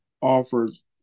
offers